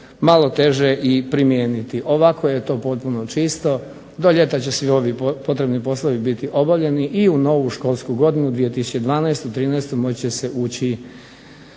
malo teže i primijeniti. Ovako je to potpuno čisto, do ljeta će svi ovi potrebni poslovi biti obavljeni i u novu školsku godinu 2012./2013. moći će se ući